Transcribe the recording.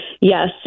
Yes